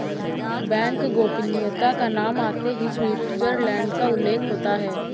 bank गोपनीयता का नाम आते ही स्विटजरलैण्ड का उल्लेख होता हैं